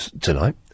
tonight